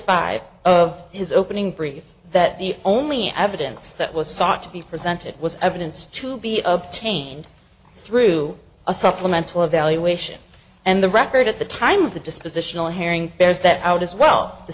five of his opening brief that the only evidence that was sought to be presented was evidence to be obtained through a supplemental evaluation and the record at the time of the dispositional hearing bears that out as well the